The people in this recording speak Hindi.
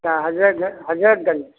अच्छा हज़रत दल हज़रत दल